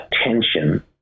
attention